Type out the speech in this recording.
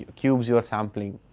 cubes your sampling